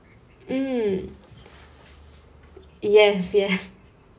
mm yes yes